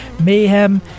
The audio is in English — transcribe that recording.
mayhem